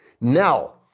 Now